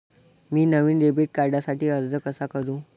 मी नवीन डेबिट कार्डसाठी अर्ज कसा करु?